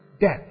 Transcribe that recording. Death